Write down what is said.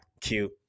Cute